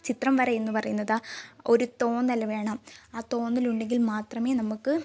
ചിത്രം വര എന്നു പറയുന്നത് ഒരു തോന്നൽ വേണം ആ തോന്നൽ ഉണ്ടെങ്കിൽ മാത്രമേ നമുക്ക്